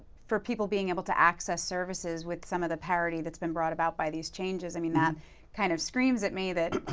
for people being able to access services with some of the parody that's been brought about by these changes, i mean that kind of screams at me that,